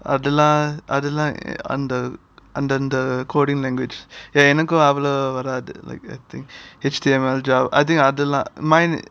அதுலாம் அதுலாம்:adhulam adhulam and then the coding language எனக்கு அவ்ளோ வராது:enaku avlo varathu like I think H_T_M_L ja~ I think அதுலாம்:adhulam mine